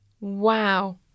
Wow